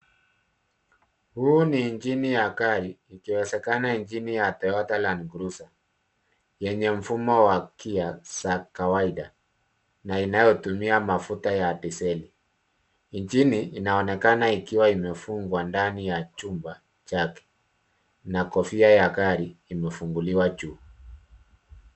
Huu ni injini ya gari, ikiwezekana injini ya Toyota Land cruiser yenye mfumo wa gear za kawaida. Na inayotumia mafuta ya diseli. Injini inaonekana ikiwa imefungwa ndani ya chumba chake. Na kofia ya gari imefunguliwa juu.